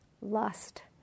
lust